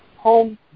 home